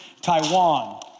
Taiwan